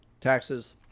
taxes